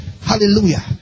Hallelujah